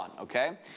okay